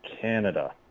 Canada